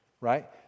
right